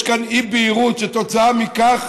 יש כאן אי-בהירות, וכתוצאה מכך